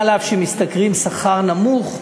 אף שמשתכרים שכר נמוך,